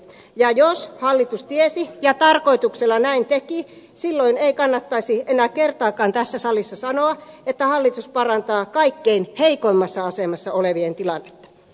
ja jos hallitus tiesi ja tarkoituksella näin teki silloin ei kannattaisi enää kertaakaan tässä salissa sanoa että hallitus parantaa kaikkein heikoimmassa asemassa olevien tilannetta